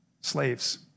Slaves